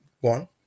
one